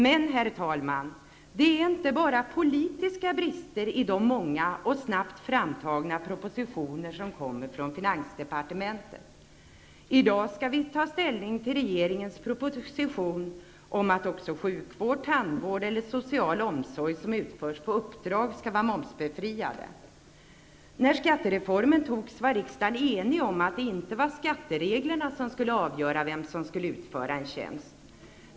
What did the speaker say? Men, herr talman, det är inte bara politiska brister i de många, och snabbt framtagna, propositioner som kommer från finansdepartementet. I dag skall vi ta ställning til regeringens proposition om att också sjukvård, tandvård och social omsorg som utförs på uppdrag skall vara momsbefriade. När skattereformen antogs var riksdagen enig om att det inte var skattereglerna som skulle avgöra vem som skulle utföra en tjänst.